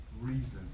reasons